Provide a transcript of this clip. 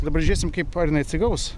dabar žiūrėsim kaip ar jinai atsigaus